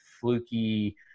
fluky